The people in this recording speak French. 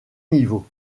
niveau